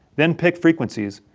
then pick frequencies,